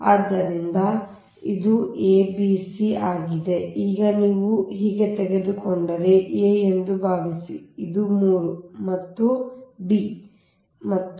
ಆದ್ದರಿಂದ ಇದು a b c ಆಗಿದೆ ಈಗ ನೀವು ಹೀಗೆ ತೆಗೆದುಕೊಂಡರೆ ಅದು a ಎಂದು ಭಾವಿಸಿ ಇದು b ಮತ್ತು ಇದು c